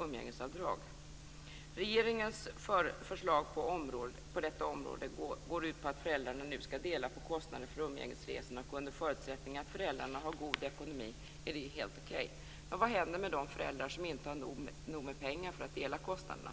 umgängesavdrag. Regeringens förslag på detta område går ut på att föräldrarna skall dela på kostnaderna för umgängesresor, och under förutsättning att föräldrarna har god ekonomi är det helt okej. Men vad händer med de föräldrar som inte har nog med pengar att dela kostnaderna?